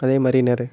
அதே மாதிரி நெறைய